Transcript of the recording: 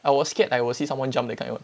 I was scared I will see someone jump that kind [one]